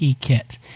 kit